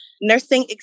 nursing